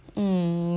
that's why